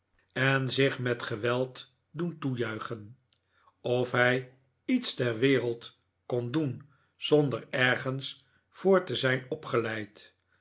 en zich met geweld doen toejuichen of hij iets ter wereld kon doen zonder ergens voor te zijn opgeleid